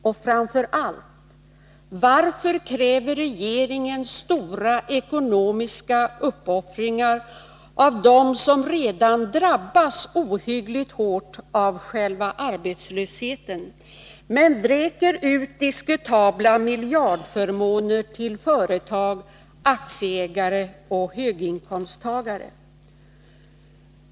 Och framför allt: Varför kräver regeringen stora ekonomiska uppoffringar av dem som redan drabbas ohyggligt hårt av själva arbetslösheten, men vräker ut diskutabla miljardförmåner till företag, aktieägare och höginkomsttagare?